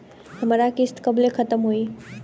हमार किस्त कब ले खतम होई?